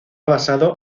basado